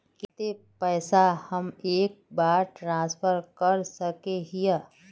केते पैसा हम एक बार ट्रांसफर कर सके हीये?